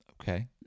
okay